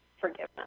forgiveness